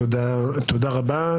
תודה רבה.